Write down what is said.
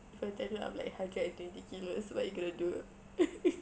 if I tell you I'm like hundred and twenty kilos what are you going to do